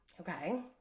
okay